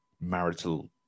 marital